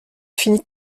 finit